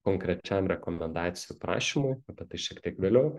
konkrečiam rekomendacijų prašymui apie tai šiek tiek vėliau